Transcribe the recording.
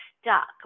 stuck